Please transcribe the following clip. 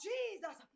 Jesus